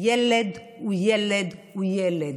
ילד הוא ילד הוא ילד.